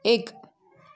एक